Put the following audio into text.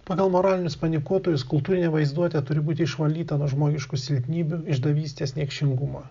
pagal moralinius panikuotojus kultūrinė vaizduotė turi būti išvalyta nuo žmogiškų silpnybių išdavystės niekšingumo